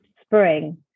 spring